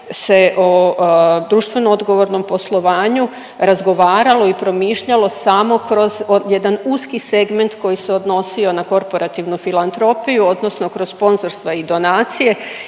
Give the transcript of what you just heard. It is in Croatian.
se o društveno odgovornom poslovanju razgovaralo i promišljalo samo kroz jedan uski segment koji se odnosio na korporativnu filantropiju odnosno kroz sponzorstva i donacije.